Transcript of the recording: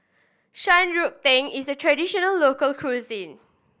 Shan Rui Tang is a traditional local cuisine